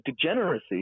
degeneracy